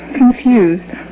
confused